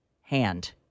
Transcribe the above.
hand